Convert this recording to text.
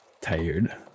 tired